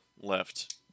left